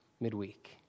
midweek